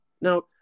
Now